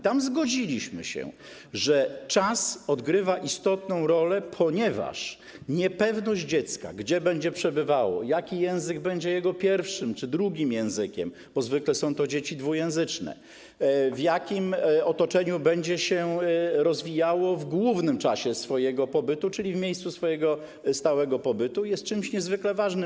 Tam zgodziliśmy się, że czas odgrywa istotną rolę, ponieważ niepewność dziecka dotycząca tego, gdzie będzie przebywało, jaki język będzie jego pierwszym czy drugim językiem, bo zwykle są to dzieci dwujęzyczne, w jakim otoczeniu będzie się rozwijało w głównym czasie swojego pobytu, czyli w miejscu swojego stałego pobytu, jest czymś niezwykle ważnym.